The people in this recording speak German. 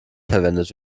verwendet